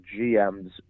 GMs